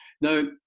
now